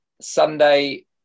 Sunday